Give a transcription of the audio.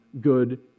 good